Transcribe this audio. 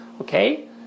Okay